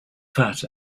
fat